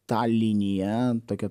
ta linija tokia